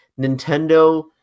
Nintendo